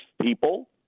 people